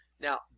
Now